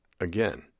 again